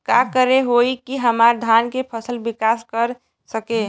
का करे होई की हमार धान के फसल विकास कर सके?